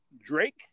Drake